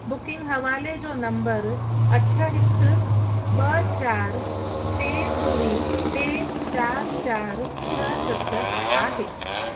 booking हवाले जो number अठ हिकु ॿ चार टे ॿुड़ी टे चार चार छह सत आहे